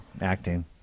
Acting